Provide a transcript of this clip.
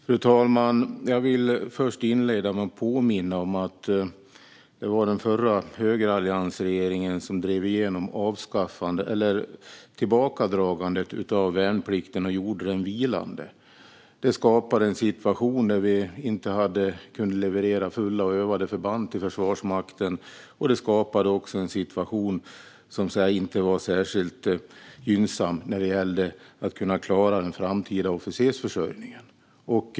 Fru talman! Jag vill inleda med att påminna om att det var den förra högeralliansregeringen som drev igenom tillbakadragandet av värnplikten och gjorde den vilande. Det skapade en situation som innebar att det inte kunde levereras fulla och övade förband till Försvarsmakten. Det skapade också en situation som inte var särskilt gynnsam när det gällde att klara den framtida officersförsörjningen.